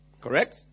Correct